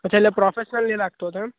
અચ્છા એટલે પ્રોફેશનલ નથી લાગતો હતો એમ